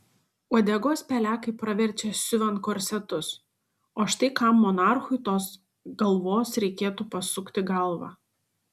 uodegos pelekai praverčia siuvant korsetus o štai kam monarchui tos galvos reikėtų pasukti galvą